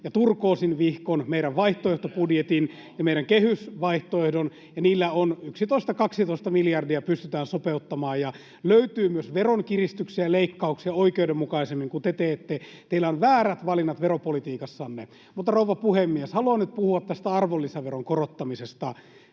ja turkoosin vihkon, meidän vaihtoehtobudjettimme ja meidän kehysvaihtoehtomme. Niillä 11—12 miljardia pystytään sopeuttamaan. Löytyy myös veronkiristyksiä ja leikkauksia — oikeudenmukaisemmin kuin te teette. Teillä on väärät valinnat veropolitiikassanne. Rouva puhemies! Haluan nyt puhua tästä arvonlisäveron korottamisesta.